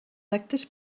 actes